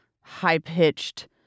high-pitched